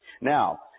Now